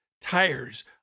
tires